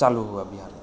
चालू हुए बिहारमे